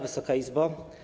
Wysoka Izbo!